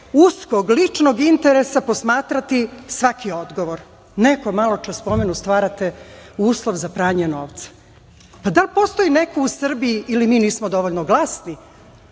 uskog, ličnog interesa posmatrati svaki odgovor. Neko maločas spomenu stvarate uslov za pranje novca. Pa da li postoji neko u Srbiji ili mi nismo dovoljno glasni